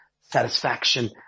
satisfaction